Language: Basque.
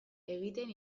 egiten